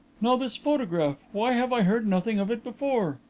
now this photograph. why have i heard nothing of it before?